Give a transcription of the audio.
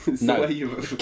No